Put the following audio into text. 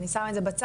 אני שמה את זה בצד,